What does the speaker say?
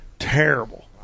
Terrible